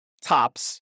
tops